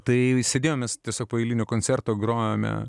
tai sėdėjom mes tiesiog po eilinio koncerto grojome